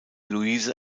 louise